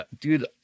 dude